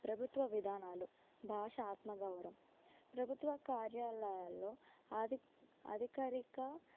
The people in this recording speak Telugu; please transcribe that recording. ప్రభుత్వ విధానాలు భాష ఆత్మగౌరం ప్రభుత్వ కార్యాలయాల్లో ఆ ది అధికారిక